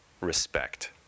respect